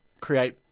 create